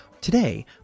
Today